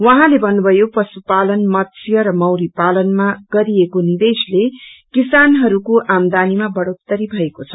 उहाँले भन्नुभयो पशुपालन मत्स्य र मौरी पालनमा गरिएको निवेशले किसानहरूको आमदानीामा बढ़ोत्तरी भएको छ